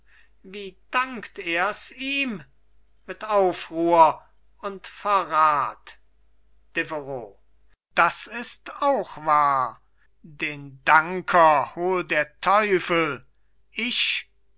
wie dankt ers ihm mit aufruhr und verrat deveroux das ist auch wahr den danker hol der teufel ich